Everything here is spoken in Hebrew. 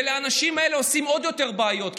ולאנשים האלה עושים עוד יותר בעיות,